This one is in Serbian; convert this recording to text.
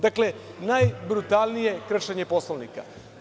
Dakle, najbrutalnije kršenje Poslovnika.